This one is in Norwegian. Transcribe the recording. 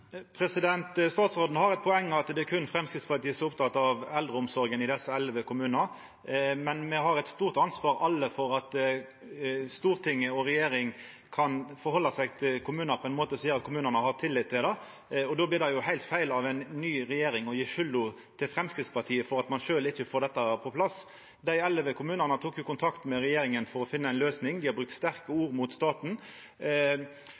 Statsråden har eit poeng i at det berre er Framstegspartiet som er oppteke av eldreomsorga i desse elleve kommunane, men me har alle eit stort ansvar for at Stortinget og regjeringa kan forhalda seg til kommunar på ein måte som gjer at kommunane har tillit til dei. Det blir heilt feil av ei ny regjering å leggja skulda på Framstegspartiet for at ein sjølv ikkje får dette på plass. Dei elleve kommunane tok kontakt med regjeringa for å finna ei løysing. Dei har brukt sterke